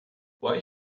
why